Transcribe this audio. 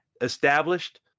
established